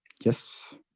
Yes